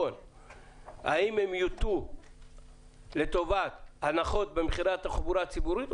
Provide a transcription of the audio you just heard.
האם הם יוטו לטובת הנחות במחירי התחבורה הציבורית,